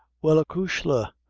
well acushla,